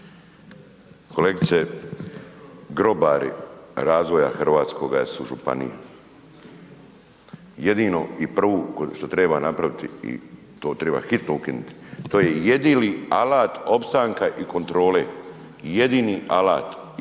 Kolegice, grobari razvoja hrvatskoga su županije. Jedino i prvu kao što treba napraviti i to treba hitno ukinuti, to je jedini alat opstanka i kontrole, jedini alat cijelog